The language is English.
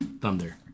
Thunder